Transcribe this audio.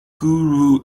guru